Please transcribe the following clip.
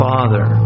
Father